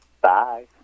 bye